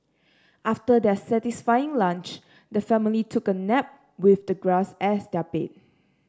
after their satisfying lunch the family took a nap with the grass as their bed